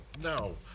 no